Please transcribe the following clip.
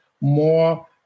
more